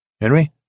Henry